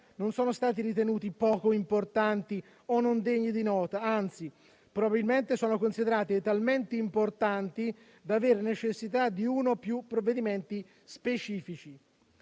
non sono stati ritenuti poco importanti o non degni di nota; anzi, probabilmente sono considerati talmente importanti da avere necessità di uno o più provvedimenti specifici.